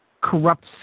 corrupt